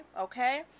okay